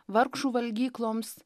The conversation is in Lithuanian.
vargšų valgykloms